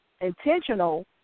intentional